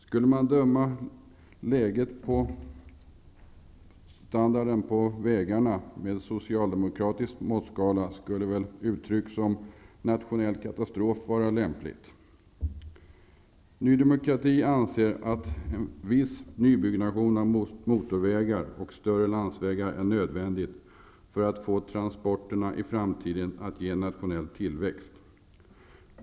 Skulle man bedöma standarden på vägarna med socialdemokratisk måttskala skulle väl uttryck som ''nationell katastrof'' vara lämpligt. Ny Demokrati anser att en viss nybyggnation av motorvägar och större landsvägar är nödvändig för att få transporterna i framtiden att ge nationell tillväxt.